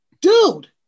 dude